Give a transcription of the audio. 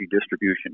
distribution